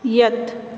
ꯌꯦꯠ